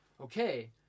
Okay